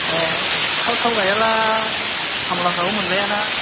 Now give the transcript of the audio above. औ थाब थाब गायाब्ला खामलाफ्राबो मोनलायाना